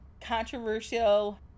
controversial